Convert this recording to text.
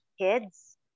kids